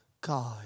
God